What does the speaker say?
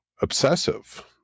obsessive